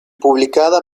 publicada